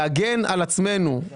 להגן על עצמנו, ממשלה,